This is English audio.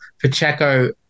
Pacheco